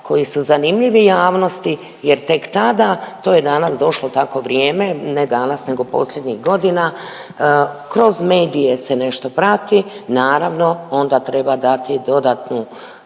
koji su zanimljivi javnosti jer tek tada to je danas došlo tako vrijeme, ne danas nego posljednjih godina, kroz medije se nešto prati, naravno onda treba dati dodatnu